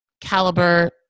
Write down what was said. Caliber